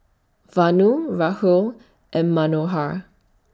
Vanu Rahul and Manohar